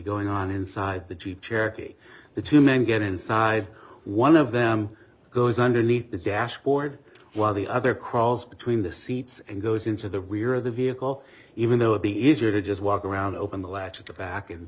going on inside the jeep cherokee the two men get inside one of them goes underneath the dashboard while the other crawls between the seats and goes into the rear of the vehicle even though it be easier to just walk around open the latch to back